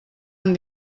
amb